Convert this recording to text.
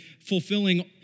fulfilling